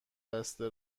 بسته